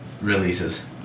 releases